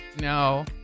No